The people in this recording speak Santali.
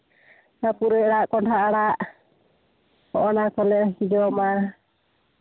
ᱯᱩᱨᱟᱹᱭ ᱟᱲᱟᱜ ᱠᱚᱸᱰᱷᱟ ᱟᱲᱟᱜ ᱚᱱᱟ ᱠᱚᱞᱮ ᱡᱚᱢᱟ